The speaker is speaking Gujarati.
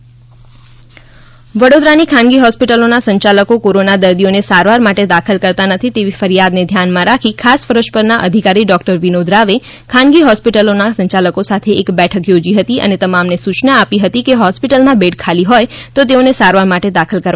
વડોદરા ખાનગી હોસ્પિટલ વડોદરાની ખાનગી હોસ્પિટલોના સંચાલકો કોરોના દર્દીઓ ને સારવાર માટે દાખલ કરતા નથી એવી ફરિયાદને ધ્યાનમાં રાખી ખાસ ફરજ પરના અધિકારી ડોક્ટર વિનોદ રાવે ખાનગી હોસ્પિટલોના સંચાલકો સાથે એક બેઠક યોજી હતી અને તમામને સુચના આપી હતી કે હોસ્પિટલમાં બેડ ખાલી હોય તો તેઓને સારવાર માટે દાખલ કરવાના રહેશે